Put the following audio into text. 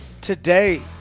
Today